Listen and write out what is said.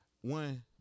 one